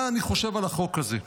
מה אני חושב על החוק הזה.